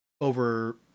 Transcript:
over